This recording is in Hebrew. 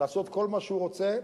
לעשות כל מה שהוא רוצה.